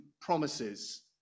promises